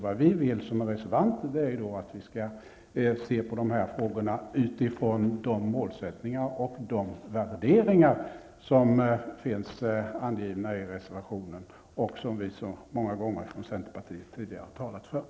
Vad vi som reservanter vill är att man skall se på dessa frågor utifrån de målsättningar och värderingar som finns angivna i reservationen och som vi från centerpartiet talat för många gånger tidigare.